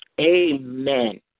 Amen